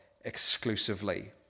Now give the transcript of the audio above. exclusively